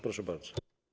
Proszę bardzo.